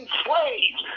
slaves